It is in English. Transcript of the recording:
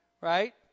Right